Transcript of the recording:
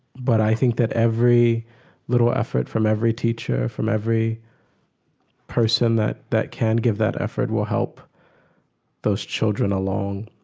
but i think that every little effort from every teacher, from every person that that can give that effort will help those children along,